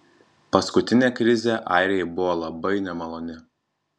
paskutinė krizė airijai buvo labai nemaloni